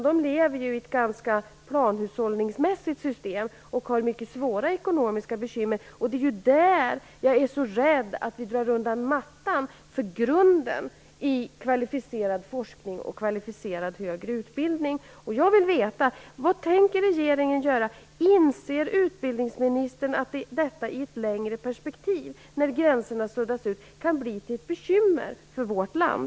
De lever i ett planhushållningsmässigt system och har mycket svåra ekonomiska bekymmer. Jag är rädd för att vi drar undan mattan för kvalificerad forskning och för kvalificerad högre utbildning. Jag vill veta vad regeringen tänker göra åt detta. Inser utbildningsministern att detta i ett längre perspektiv, när gränserna suddas ut, kan bli ett bekymmer för vårt land?